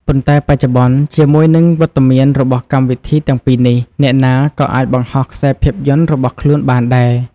ប៉ុន្តែបច្ចុប្បន្ន ជាមួយនឹងវត្តមានរបស់កម្មវិធីទាំងពីរនេះ អ្នកណាក៏អាចបង្ហោះខ្សែភាពយន្តរបស់ខ្លួនបានដែរ។